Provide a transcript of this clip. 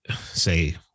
say